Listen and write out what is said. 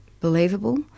believable